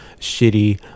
shitty